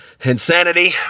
insanity